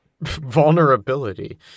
Vulnerability